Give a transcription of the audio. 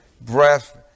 breath